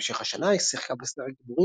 בהמשך השנה שיחקה בסדרה "גיבורים",